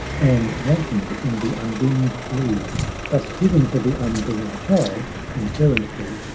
and wantoned in the unwinged blue thus giving to the unborn child, inherently,